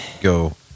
Go